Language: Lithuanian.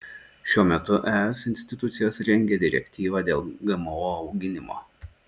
šiuo metu es institucijos rengia direktyvą dėl gmo auginimo